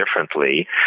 differently